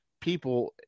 people